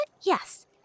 yes